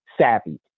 savvy